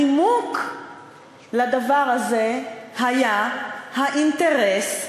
הנימוק לדבר הזה היה האינטרס האסטרטגי,